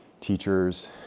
Teachers